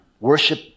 Worship